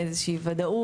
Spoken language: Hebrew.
איזו שהיא ודאות,